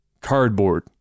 Cardboard